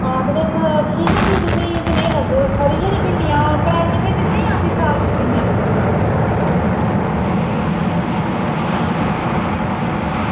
आं तुस ठीक ओ भी तुसेंगी कनेही लग्गग खरियां निं भिंडियां कराड़ियां भेजनियां भी जां साफ सुथरियां